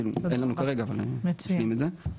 אין לנו כרגע אבל אנחנו נשלים את זה.